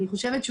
אני חושבת,